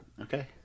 Okay